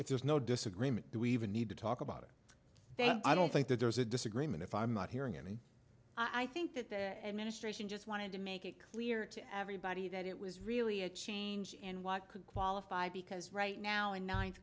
if there's no disagreement that we even need to talk about it then i don't think that there's a disagreement if i'm not hearing any i think that the administration just wanted to make it clear to everybody that it was really a change in what could qualify because right now in ninth